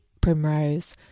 Primrose